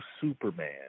Superman